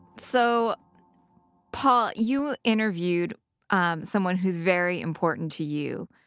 so paul, you interviewed um someone who's very important to you,